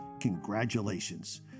congratulations